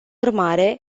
urmare